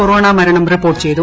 corona മരണം report ചെയ്തു